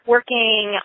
working